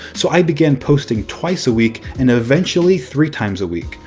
so i began posting twice a week and eventually three times a week,